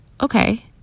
Okay